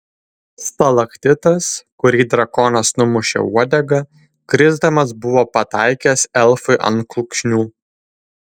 stalaktitas kurį drakonas numušė uodega krisdamas buvo pataikęs elfui ant kulkšnių